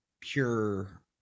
pure